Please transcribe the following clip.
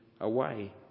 Away